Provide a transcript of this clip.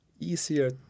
easier